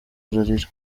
ararira